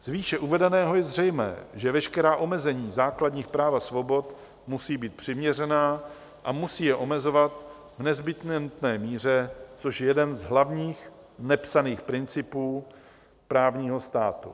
Z výše uvedeného je zřejmé, že veškerá omezení základních práv a svobod musí být přiměřená a musí je omezovat v nezbytně nutné míře, což je jeden z hlavních nepsaných principů právního státu.